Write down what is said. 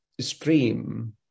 stream